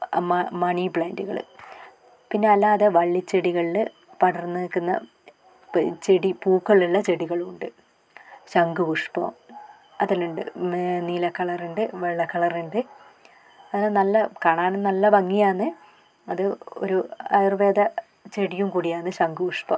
മ മണി പ്ലാൻറ്കൾ പിന്നെ അല്ലാതെ വള്ളി ചെടികളിൽ പടർന്ന് നിൽക്കുന്ന ചെടി പൂക്കളുള്ള ചെടികളും ഉണ്ട് ശഖുപുഷ്പം അതിലുണ്ട് നീല കളറുണ്ട് വെള്ള കളറുണ്ട് അത് നല്ല കാണാനും നല്ല ഭംഗിയാന്ന് അത് ഒരു ആയുർവേദ ചെടിയും കൂടിയാന്ന് ശഖുപുഷ്പം